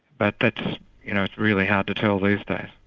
but that's you know really hard to tell these days.